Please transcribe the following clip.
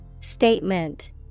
Statement